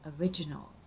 original